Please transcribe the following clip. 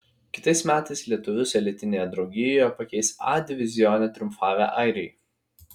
kitais metais lietuvius elitinėje draugijoje pakeis a divizione triumfavę airiai